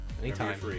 Anytime